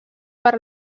per